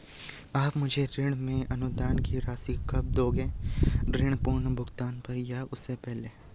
आप मुझे ऋण में अनुदान की राशि कब दोगे ऋण पूर्ण भुगतान पर या उससे पहले?